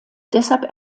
deshalb